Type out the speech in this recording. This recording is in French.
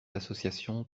associations